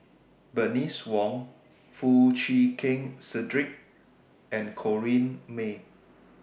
Bernice Wong Foo Chee Keng Cedric and Corrinne May